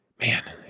man